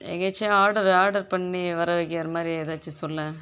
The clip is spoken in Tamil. எங்கேயாச்சும் ஆர்டர் ஆர்டர் பண்ணி வர வைக்கிற மாதிரி ஏதாச்சும் சொல்லேன்